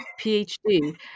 PhD